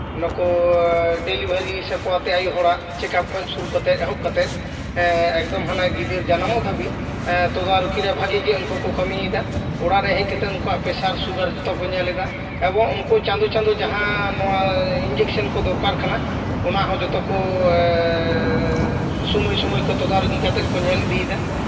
ᱱᱩᱠᱩ ᱰᱮᱞᱤᱵᱷᱟᱹᱨᱤ ᱥᱮ ᱯᱳᱣᱟᱛᱤ ᱟᱹᱭᱩ ᱦᱚᱲᱟᱜ ᱪᱮᱠᱟᱯ ᱠᱷᱚᱱ ᱥᱩᱨᱩ ᱠᱟᱛᱮᱫ ᱮᱦᱚᱵ ᱠᱟᱛᱮᱫ ᱮᱠᱫᱚᱢ ᱦᱮᱸ ᱜᱤᱫᱽᱨᱟᱹ ᱡᱟᱱᱟᱢᱚᱜ ᱫᱷᱟᱹᱵᱤᱡᱼᱮ ᱛᱚᱫᱟᱨᱚᱠᱤ ᱨᱮ ᱵᱷᱟᱹᱜᱤ ᱜᱮ ᱩᱱᱠᱩ ᱠᱚ ᱠᱟᱹᱢᱤᱭᱮᱫᱟ ᱚᱲᱟᱜ ᱨᱮ ᱦᱮᱡ ᱠᱟᱛᱮᱫ ᱱᱩᱠᱩᱣᱟᱜ ᱯᱮᱥᱟᱨ ᱥᱩᱜᱟᱨ ᱡᱚᱛᱚ ᱠᱚ ᱧᱮᱞ ᱮᱫᱟ ᱮᱵᱚᱝ ᱩᱱᱠᱩ ᱪᱟᱸᱫᱚ ᱪᱟᱸᱫᱚ ᱡᱟᱦᱟᱸ ᱱᱚᱣᱟ ᱤᱱᱡᱮᱠᱥᱮᱱ ᱠᱚ ᱫᱚᱨᱠᱟᱨ ᱠᱟᱱᱟ ᱚᱱᱟ ᱦᱚᱸ ᱡᱚᱛᱚ ᱠᱚ ᱥᱚᱢᱚᱭ ᱥᱚᱢᱚᱭ ᱠᱚ ᱛᱚᱫᱟᱨᱚᱠᱤ ᱠᱟᱛᱮᱜ ᱠᱚ ᱧᱮᱞ ᱤᱫᱤᱭᱮᱫᱟ